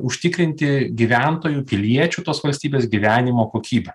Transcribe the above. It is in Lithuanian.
užtikrinti gyventojų piliečių tos valstybės gyvenimo kokybę